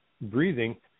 breathing